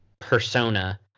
persona